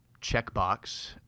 checkbox